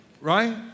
Right